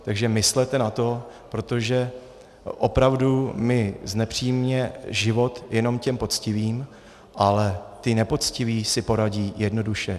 Takže myslete na to, protože opravdu my znepříjemňujeme život jenom těm poctivým, ale ti nepoctiví si poradí jednoduše.